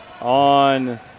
on